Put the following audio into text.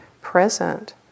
present